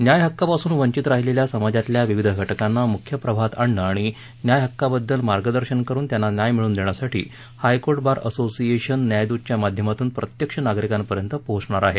न्याय हक्कापासून वंचित राहिलेल्या समाजातल्या विविध घटकांना मुख्य प्रवाहात आणणं आणि न्याय हक्काबद्दल मार्गदर्शन करुन त्यांना न्याय मिळवून देण्यासाठी हायकोर्ट बार असोशिएशन न्यायदूतच्या माध्यमातून प्रत्यक्ष नागरिकांपर्यंत पोहचणार आहे